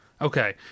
Okay